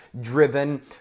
driven